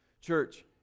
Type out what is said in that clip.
church